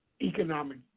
economic